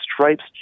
stripes